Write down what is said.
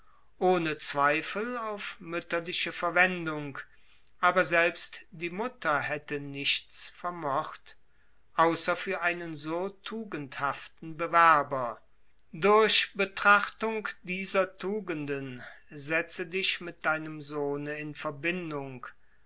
ohne zweifel auf mütterliche verwendung aber selbst die mutter hätte nichts vermocht außer für einen so tugendhaften bewerber durch betrachtung dieser tugenden setze dich mit deinem sohne in verbindung